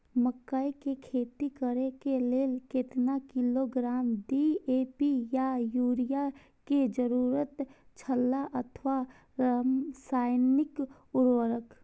मकैय के खेती करे के लेल केतना किलोग्राम डी.ए.पी या युरिया के जरूरत छला अथवा रसायनिक उर्वरक?